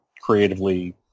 creatively